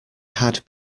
had